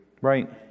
Right